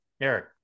Eric